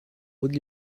would